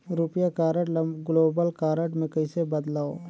रुपिया कारड ल global card मे कइसे बदलव?